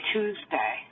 Tuesday